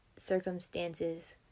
circumstances